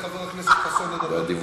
לא,